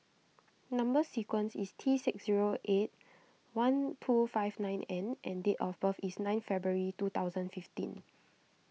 Number Sequence is T six zero eight one two five nine N and date of birth is nine February two thousand fifteen